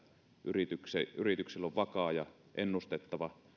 yrityksillä yrityksillä on vakaa ja ennustettava